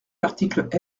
l’article